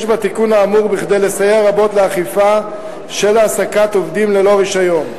יש בתיקון האמור כדי לסייע רבות לאכיפה של העסקת עובדים ללא רשיון.